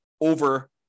over